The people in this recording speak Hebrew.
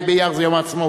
ה' באייר זה יום העצמאות.